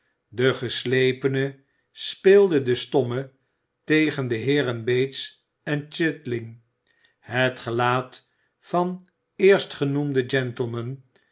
de geslepene speelde den stomme tegen de heeren bates en chitling het gelaat van eerstgenoemden gentleman